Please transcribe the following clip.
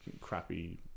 crappy